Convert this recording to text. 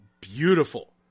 beautiful